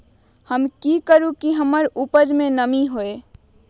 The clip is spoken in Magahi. हम की करू की हमार उपज में नमी होए?